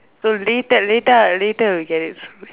no later later I'll later we'll get it from you